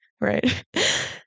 Right